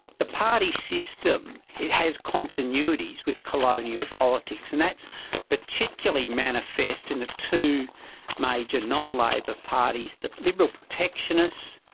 the party system, it has continuities with colonial politics, and that's particularly manifest in the two major non-labor parties, the liberal protectionists,